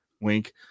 wink